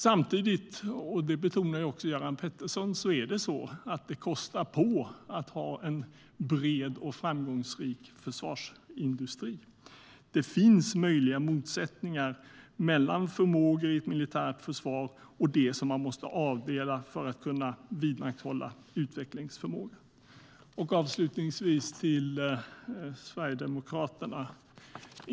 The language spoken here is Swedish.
Samtidigt, och det betonar också Göran Pettersson, kostar det på att ha en bred och framgångsrik försvarsindustri. Det finns möjliga motsättningar mellan förmågor i ett militärt försvar och det man måste avdela för att kunna vidmakthålla utvecklingsförmåga. Avslutningsvis vill jag vända mig till Sverigedemokraterna.